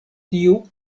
tiu